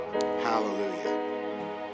hallelujah